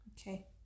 okay